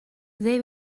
they